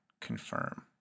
confirm